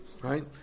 right